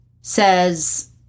says